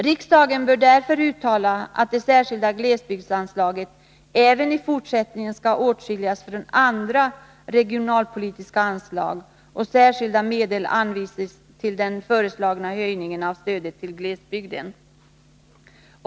Riksdagen bör därför uttala att det särskilda glesbygdsanslaget även i fortsättningen skall åtskiljas från andra regionalpolitiska anslag och att särskilda medel skall anvisas till den föreslagna höjningen av stödet till glesbygden.